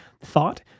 thought